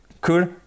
Cool